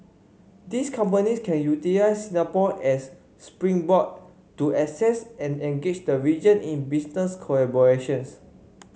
these companies can utilise Singapore as springboard to access and engage the region in business collaborations